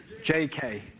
JK